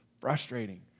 frustrating